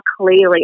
clearly